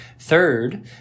Third